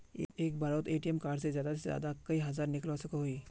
एक बारोत ATM card से ज्यादा से ज्यादा कई हजार निकलवा सकोहो ही?